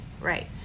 Right